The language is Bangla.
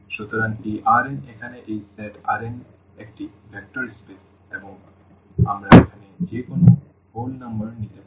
সুতরাং এই Rn এখানে এই সেট Rn একটি ভেক্টর স্পেস এবং আমরা এখানে যে কোনও পূর্ণ সংখ্যা নিতে পারি